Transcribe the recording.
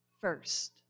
first